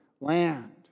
land